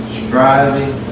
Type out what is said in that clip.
striving